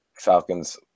Falcons